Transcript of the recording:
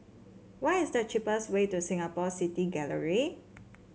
what is the cheapest way to Singapore City Gallery